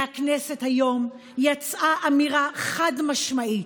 מהכנסת יצאה היום אמירה חד-משמעית: